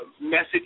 message